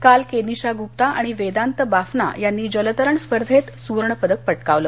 काल केनिशा गुप्ता आणि वेदांत बाफना यांनी जलतरण स्पर्धेत सुवर्णपदक पटकावलं